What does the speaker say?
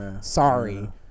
Sorry